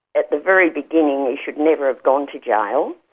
at the very beginning, he should never have gone to jail.